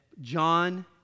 John